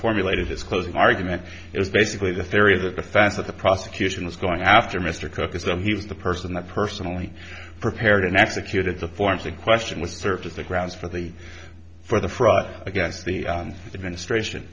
formulated his closing argument is basically the theory that the fact that the prosecution is going after mr cook is that he was the person that personally prepared and executed the forms the question was served as the grounds for the for the fraud against the administration